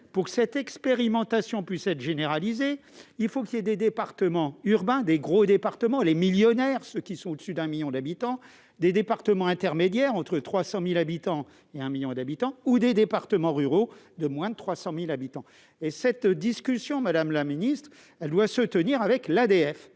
pour que cette expérimentation puisse être généralisée, avec de gros départements urbains, ceux qui sont au-dessus d'un million d'habitants, des départements intermédiaires, entre 300 000 habitants et un million d'habitants, ou des départements ruraux, de moins de 300 000 habitants. Cette discussion, madame la ministre, doit se tenir avec